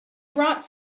brought